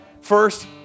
first